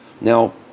Now